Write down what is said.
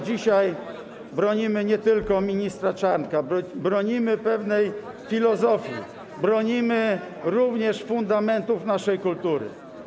Dzisiaj bronimy nie tylko ministra Czarnka, bronimy pewnej filozofii, bronimy również fundamentów naszej kultury.